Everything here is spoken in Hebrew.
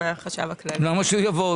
למה שהוא יבוא?